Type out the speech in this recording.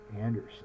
Anderson